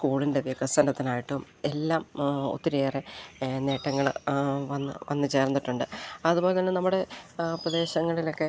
സ്കൂളിൻ്റെ വികസനത്തിനായിട്ടുമെല്ലാം ഒത്തിരിയേറെ നേട്ടങ്ങള് വന്നുചേർന്നിട്ടുണ്ട് അതുപോലെ തന്നെ നമ്മുടെ പ്രദേശങ്ങളിലൊക്കെ